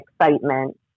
excitement